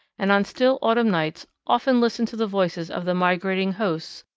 and on still autumn nights often listened to the voices of the migrating hosts,